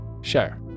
share